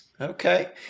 Okay